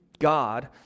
God